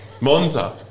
Monza